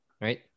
right